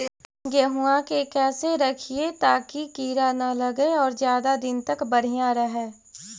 गेहुआ के कैसे रखिये ताकी कीड़ा न लगै और ज्यादा दिन तक बढ़िया रहै?